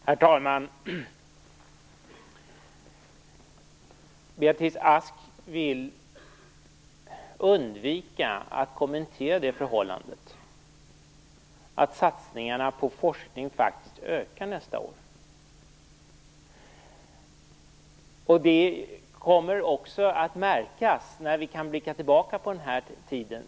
Herr talman! Beatrice Ask vill undvika att kommentera det förhållandet att satsningarna på forskning faktiskt ökar nästa år. Det kommer också att märkas när vi kan blicka tillbaka på den här tiden.